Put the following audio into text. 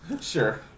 Sure